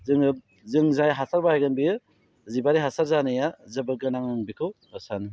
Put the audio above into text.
जोङो जों जाय हासार बाहायगोन बेयो जिबआरि हासार जानाया जोबोद गोनां आं बेखौ सानो